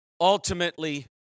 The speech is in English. ultimately